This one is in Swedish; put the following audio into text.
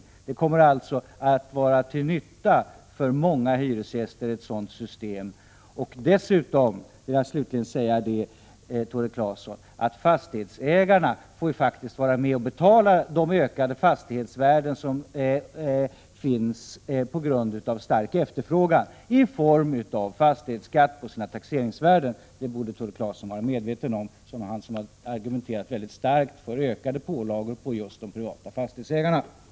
Ett sådant system kommer alltså att kunna vara till nytta för många hyresgäster. Jag vill dessutom slutligen säga till Tore Claeson att fastighetsägarna faktiskt får vara med om att betala för de ökningar av fastighetsvärdena som uppstår på grund av stark efterfrågan, nämligen i form av fastighetsskatter på taxeringsvärdena. starkt har pläderat för ökade pålagor på just de privata fastighetsägarna, vara medveten om.